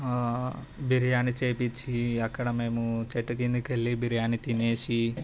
బిర్యానీ చేయించి అక్కడ మేము చెట్టు కిందకి వెళ్ళి బిర్యానీ తినేసి